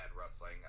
wrestling